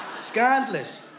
Scandalous